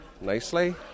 nicely